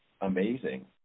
amazing